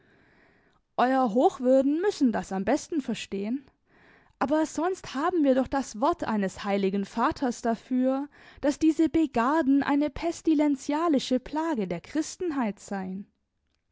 euer hochwürden müssen das am besten verstehen aber sonst haben wir doch das wort eines heiligen vaters dafür daß diese begarden eine pestilenzialische plage der christenheit seien